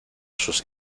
sus